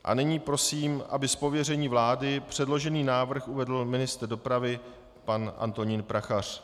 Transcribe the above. A nyní prosím, aby z pověření vlády předložený návrh uvedl ministr dopravy pan Antonín Prachař.